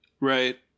Right